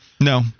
No